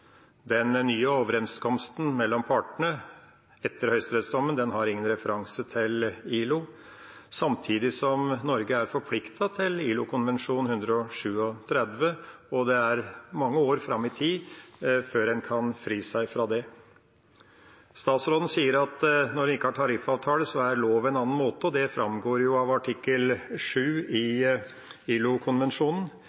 Den nye overenskomsten mellom partene etter høyesterettsdommen har ingen referanse til ILO, samtidig som Norge er forpliktet til ILO-konvensjon 137, og det er mange år fram i tid før en kan fri seg fra det. Statsråden sier at når en ikke har tariffavtaler, er lov en annen måte, og det framgår jo av artikkel 7 i